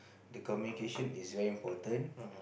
the communication is very important